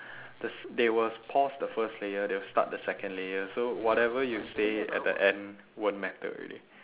the they will pause the first layer they will start the second layer so whatever you say at the end won't matter already